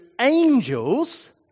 angels